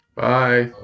bye